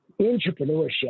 entrepreneurship